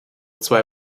zwei